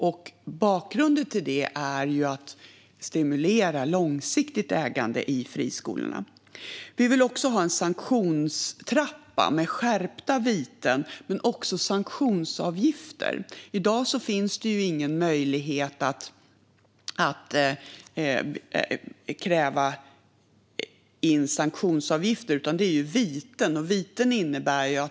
Syftet med det är att stimulera långsiktigt ägande av friskolorna. Vi vill ha en sanktionstrappa med skärpta viten men också sanktionsavgifter. I dag finns det ingen möjlighet att kräva in sanktionsavgifter, utan det är bara fråga om viten.